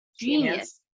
genius